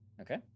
okay